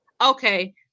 Okay